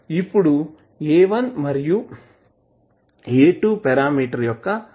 ఇప్పుడు A1 మరియు A2 parameter యొక్క విలువ కనుక్కోవడం మిగిలి ఉంది